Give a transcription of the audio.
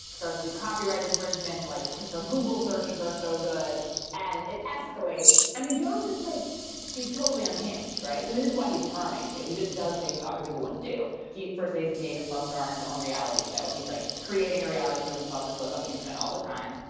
starts to do copyright infringement. like because our google searches are so good and it escalates. i mean, joe's just like he's totally unhinged. right. and and this is why he's charming. he just does things other people wouldn't do. he firstly has made himself star in his own reality show. he's like creating a reality show himself that goes on the internet all the time.